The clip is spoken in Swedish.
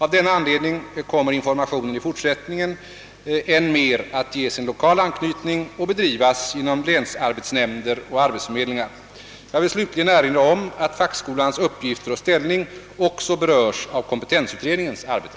Av denna anledning kommer informationen i fortsättningen än mer att ges en lokal anknytning och bedrivas genom länsarbetsnämnder och arbetsförmedlingar. Jag vill slutligen erinra om att fackskolans uppgifter och ställning också berörs av kompetensutredningens arbete.